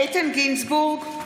איתן גינזבורג,